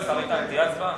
השר איתן, תהיה הצבעה.